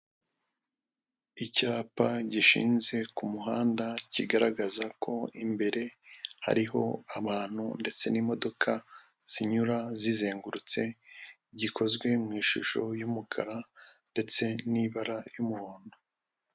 Icyapa gishinze ku muhanda, kigaragaza ko imbere hariho abantu ndetse n'imodoka zinyura zizengurutse. Gikozwe mu ishusho y'umukara, ndetse n'ibara ry'umuhondo.